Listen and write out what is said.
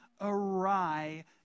awry